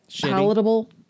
palatable